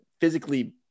physically